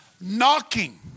Knocking